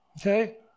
Okay